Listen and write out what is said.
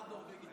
אחד נורבגי.